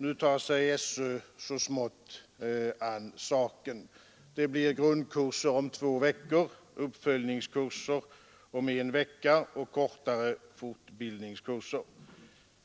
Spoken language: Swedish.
Nu tar sig SÖ så smått an saken. Det blir grundkurser på två veckor, uppföljningskurser på en vecka och kortare fortbildningskurser.